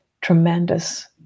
tremendous